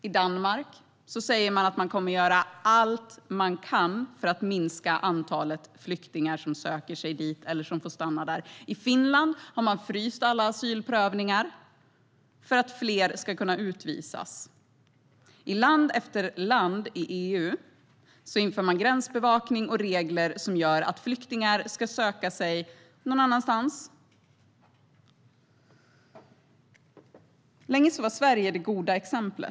I Danmark säger man samtidigt att man kommer att göra allt man kan för att minska antalet flyktingar som söker sig dit eller som får stanna där. I Finland har man fryst alla asylprövningar för att fler ska kunna utvisas. I land efter land i EU inför man gränsbevakning och regler som gör att flyktingar ska söka sig någon annanstans. Sverige var länge det goda exemplet.